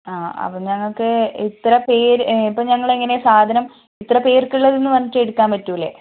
അപ്പം ഞങ്ങൾക്ക് ഇത്ര പേര് ഇപ്പോൾ ഞങ്ങളെങ്ങനെ സാധനം ഇത്ര പേർക്കുള്ളത് പറഞ്ഞിട്ട് എടുക്കാൻ പറ്റില്ലേ